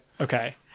okay